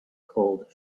called